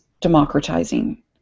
democratizing